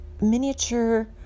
miniature